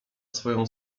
swoją